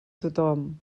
tothom